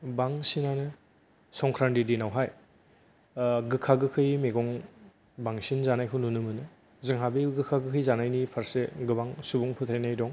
बांसिनानो संक्रान्ति दिनावहाय ओ गोखा गोखै मैगं बांसिन जानायखौ नुनो मोनो जोंहा बै गोखा गोखै जानायनि फारसे गोबां सुबुं फोथायनाय दं